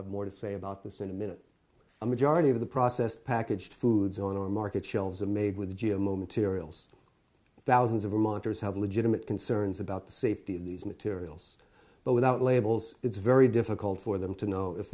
have more to say about this in a minute a majority of the processed packaged foods on our market shelves are made with g m o materials thousands of monsters have legitimate concerns about the safety of these materials but without labels it's very difficult for them to know if